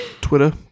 Twitter